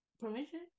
permission